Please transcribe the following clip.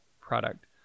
product